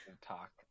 talk